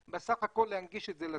בסך הכול צריך להנגיש את זה לציבור.